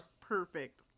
perfect